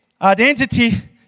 identity